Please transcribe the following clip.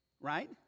Right